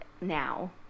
now